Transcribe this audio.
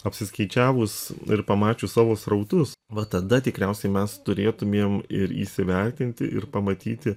apsiskaičiavus ir pamačius savo srautus va tada tikriausiai mes turėtumėm ir įsivertinti ir pamatyti